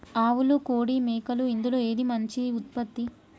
ఆవులు కోడి మేకలు ఇందులో ఏది మంచి ఉత్పత్తి?